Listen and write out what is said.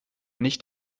nicht